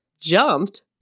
jumped